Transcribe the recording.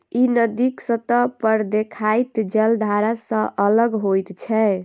ई नदीक सतह पर देखाइत जलधारा सं अलग होइत छै